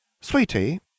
Sweetie